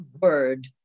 word